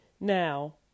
Now